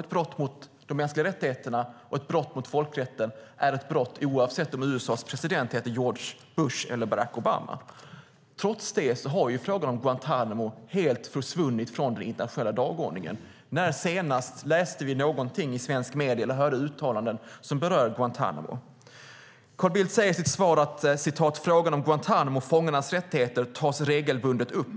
Ett brott mot de mänskliga rättigheterna och ett brott mot folkrätten är ett brott oavsett om USA:s president heter George Bush eller Barack Obama. Trots detta har frågan om Guantánamo helt försvunnit från den internationella dagordningen. När läste vi senast någonting i svenska medier eller hörde uttalanden som berör Guantánamo? Carl Bildt säger i sitt svar att frågan om Guantánamofångarnas rättigheter "tas regelbundet upp".